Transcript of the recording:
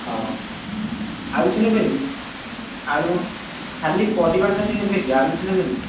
ହଉ ହଉ ଆଉ କିଛି ନେବେନି ଆଳୁ ଖାଲି ପରିବା ଖାଲି ନେବେ କି ଆଉ କିଛି ନେବେନି